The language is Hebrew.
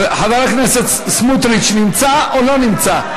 חבר הכנסת סמוטריץ נמצא או לא נמצא?